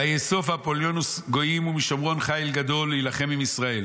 ויאסוף אפוליונוס גויים ומשומרון חיל גדול ולהילחם עם ישראל.